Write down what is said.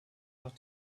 doch